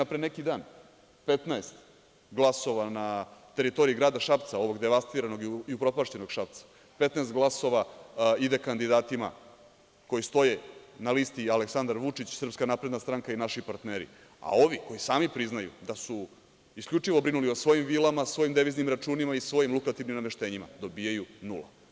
Pre neki dan 15 glasova na teritoriji grada Šapca, ovog devastiranog i upropašćenog Šapca, 15 glasova ide kandidatima koji stoje na listi Aleksandar Vučić, SNS i naši partneri, a ovi koji sami priznaju da su isključivo brinuli o svojim vilama, svojim deviznim računima i svojim nameštenjima, dobijaju nula.